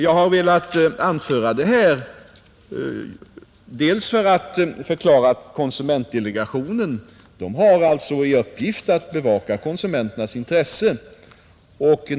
Jag har velat anföra detta för att förklara att konsumentdelegationen har till uppgift att bevaka konsumenternas intressen.